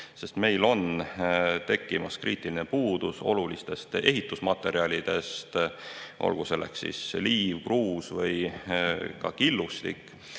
sest meil on tekkimas kriitiline puudus olulistest ehitusmaterjalidest, olgu selleks siis liiv, kruus või killustik.Me